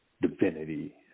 divinity